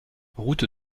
route